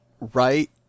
Right